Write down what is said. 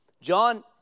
John